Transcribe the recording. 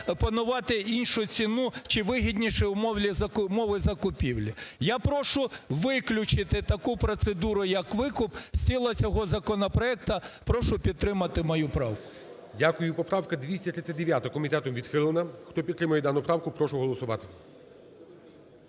запропонувати іншу ціну чи вигідніші умови закупівлі. Я прошу виключити таку процедуру, як викуп, з тіла цього законопроекту. Прошу підтримати мою правку. ГОЛОВУЮЧИЙ. Дякую. Поправка 239-а комітетом відхилена. Хто підтримує дану правку, прошу голосувати.